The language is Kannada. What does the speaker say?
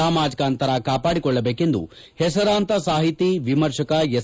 ಸಾಮಾಜಿಕ ಅಂತರ ಕಾಪಾಡಿಕೊಳ್ಳಬೇಕೆಂದು ಪೆಸರಾಂತ ಸಾಹಿತಿ ವಿಮರ್ಶಕ ಎಸ್